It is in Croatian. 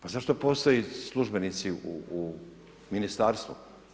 Pa zašto postoje službenici u Ministarstvu?